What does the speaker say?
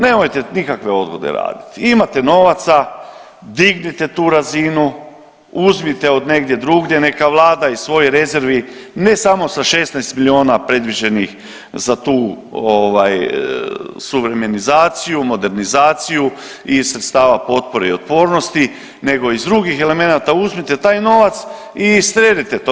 Nemojte nikakve odgode raditi, imate novaca, dignite tu razinu, uzmite od negdje drugdje, neka vlada iz svojih rezervi ne samo sa 16 miliona predviđenih za tu ovaj suvremenizaciju, modernizaciju iz sredstava potpore i otpornosti nego iz drugih elemenata uzmite taj novac i sredite to.